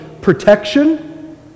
Protection